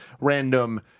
random